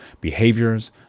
behaviors